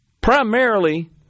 primarily